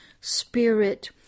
spirit